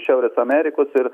šiaurės amerikos ir